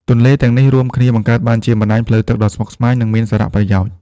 ទន្លេទាំងនេះរួមគ្នាបង្កើតបានជាបណ្តាញផ្លូវទឹកដ៏ស្មុគស្មាញ និងមានសារៈប្រយោជន៍។